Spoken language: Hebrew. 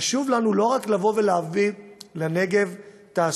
חשוב לנו לא רק להביא לנגב תעסוקה,